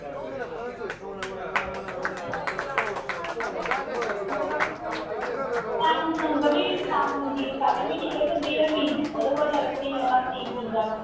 Samsung दा बी Samsung J seven बी ठीक ऐ ते रियलमी ओह्दे कोला ज्यादा स्हेई ऐ सी पचुजां दा